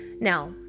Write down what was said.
Now